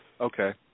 Okay